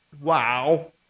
wow